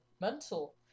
mental